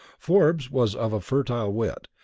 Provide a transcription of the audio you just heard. forbes was of a fertile wit,